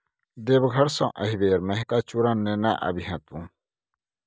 देवघर सँ एहिबेर मेहिका चुड़ा नेने आबिहे तु